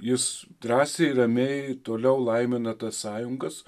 jis drąsiai ramiai toliau laimina tas sąjungas